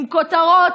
הם פותחים מהדורות